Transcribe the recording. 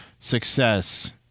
Success